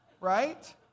right